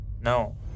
No